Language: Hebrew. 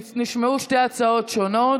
נשמעו שתי הצעות שונות,